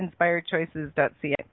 inspiredchoices.ca